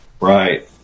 Right